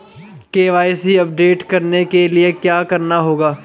KYC update करने के लिए क्या करना होगा?